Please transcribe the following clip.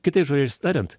kitais žodžiais tariant